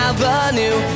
Avenue